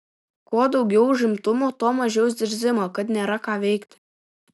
kuo daugiau užimtumo tuo mažiau zirzimo kad nėra ką veikti